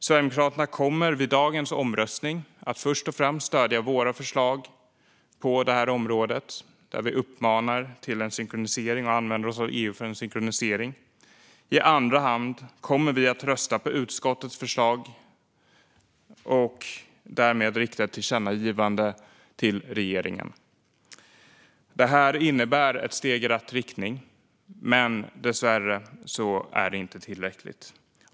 Sverigedemokraterna kommer vid dagens omröstning först och främst att stödja våra förslag på detta område, där vi uppmanar till en synkronisering och använder oss av EU för detta. I andra hand kommer vi att rösta på utskottets förslag och därmed rikta ett tillkännagivande till regeringen. Detta innebär ett steg i rätt riktning, men dessvärre är det inte tillräckligt. Fru talman!